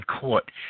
court